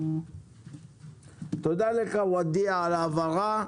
תודה לך על ההבהרה.